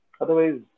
Otherwise